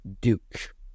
Duke